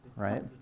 right